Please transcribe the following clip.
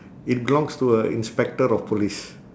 it belongs to a inspector of police